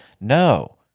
No